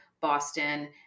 Boston